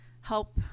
help